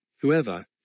whoever